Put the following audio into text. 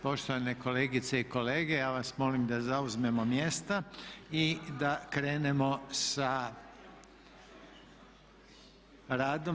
Poštovane kolegice i kolege, ja vas molim da zauzmemo mjesta i da krenemo sa radom.